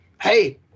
Hey